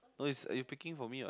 no is are you picking for me what